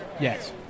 Yes